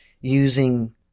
using